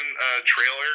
trailer